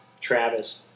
Travis